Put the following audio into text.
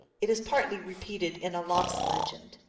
it is partly repeated in a lox legend.